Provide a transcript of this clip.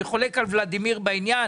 אני חולק על ולדימיר בעניין.